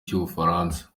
cy’ubufaransa